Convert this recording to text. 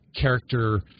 character